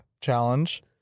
challenge